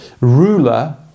ruler